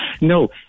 No